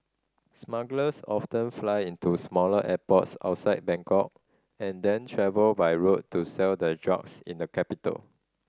smugglers often fly into smaller airports outside Bangkok and then travel by road to sell their drugs in the capital